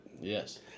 Yes